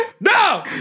No